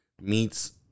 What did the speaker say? meets